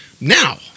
Now